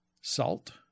Salt